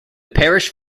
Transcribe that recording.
parish